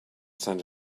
send